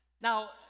Now